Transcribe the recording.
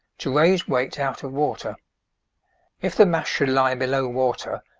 to raise weights out of water if the mass should lie below water,